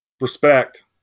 Respect